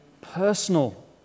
personal